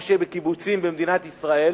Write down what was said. כמו שבקיבוצים במדינת ישראל